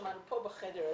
ששמענו פה בחדר הזה,